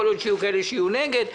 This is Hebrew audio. יכול להיות שיהיו כאלה שיהיו נגד.